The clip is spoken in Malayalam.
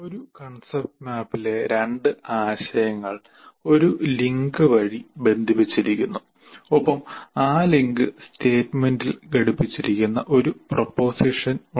ഒരു കൺസെപ്റ്റ് മാപ്പിലെ രണ്ട് ആശയങ്ങൾ ഒരു ലിങ്ക് വഴി ബന്ധിപ്പിച്ചിരിക്കുന്നു ഒപ്പം ആ ലിങ്ക് സ്റ്റേറ്റ്മെന്റിൽ ഘടിപ്പിച്ചിരിക്കുന്ന ഒരു പ്രൊപോസിഷൻ ഉണ്ട്